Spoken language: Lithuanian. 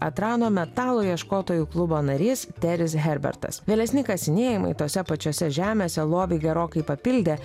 atrado metalo ieškotojų klubo narys teris herbertas vėlesni kasinėjimai tose pačiose žemėse lobį gerokai papildė